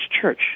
church